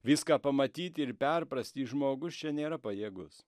viską pamatyti ir perprasti žmogus čia nėra pajėgus